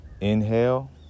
Inhale